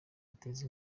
yateza